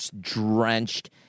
drenched